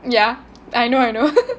yeah I know I know